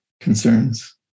concerns